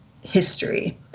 history